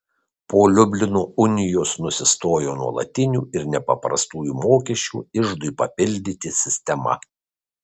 po liublino unijos nusistojo nuolatinių ir nepaprastųjų mokesčių iždui papildyti sistema